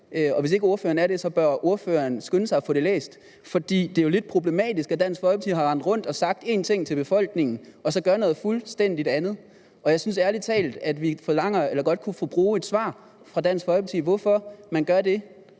og hvis ikke ordføreren er det, bør ordføreren skynde sig at få dem læst. Det er jo lidt problematisk, at Dansk Folkeparti har rendt rundt og sagt én ting til befolkningen og så gør noget fuldstændig andet, og jeg synes ærlig talt, vi godt kunne bruge et svar fra Dansk Folkeparti på, hvorfor man gør det.